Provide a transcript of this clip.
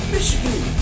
Michigan